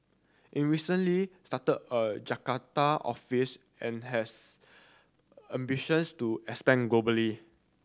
it recently started a Jakarta office and has ambitions to expand globally